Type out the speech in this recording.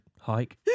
hike